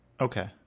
Okay